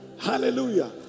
Hallelujah